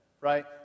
right